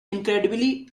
incredibly